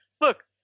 look